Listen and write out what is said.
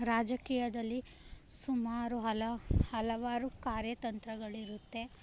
ರಾಜಕೀಯದಲ್ಲಿ ಸುಮಾರು ಹಲ ಹಲವಾರು ಕಾರ್ಯತಂತ್ರಗಳಿರುತ್ತೆ